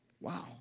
Wow